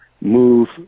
move